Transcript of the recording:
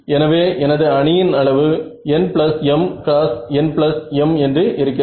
எனவே எனது அணியின் அளவு n m × n m என்று இருக்கிறது